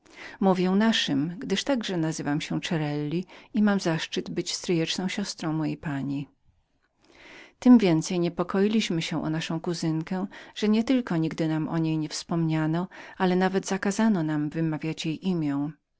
mówię naszym gdyż także nazywam się cerelli i mam zaszczyt być stryjeczną siostrą mojej pani tem więcej niepokoiliśmy się o naszą kuzynkę że nie tylko nigdy nam o niej nie wspominano ale nawet zakazano wymawiania jej